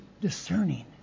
discerning